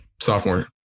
sophomore